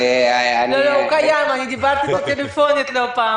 לא, הוא קיים, דיברתי איתו לא פעם